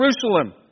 Jerusalem